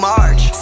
March